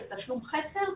של תשלום חסר.